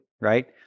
right